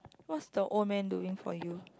what's the old man doing for you